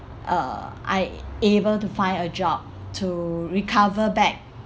uh I able to find a job to recover back